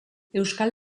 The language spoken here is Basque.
euskal